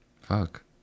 Fuck